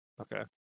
Okay